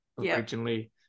originally